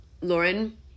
Lauren